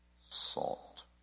Salt